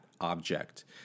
object